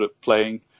playing